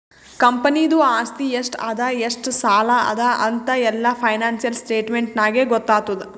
ಕಂಪನಿದು ಆಸ್ತಿ ಎಷ್ಟ ಅದಾ ಎಷ್ಟ ಸಾಲ ಅದಾ ಅಂತ್ ಎಲ್ಲಾ ಫೈನಾನ್ಸಿಯಲ್ ಸ್ಟೇಟ್ಮೆಂಟ್ ನಾಗೇ ಗೊತ್ತಾತುದ್